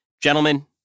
Gentlemen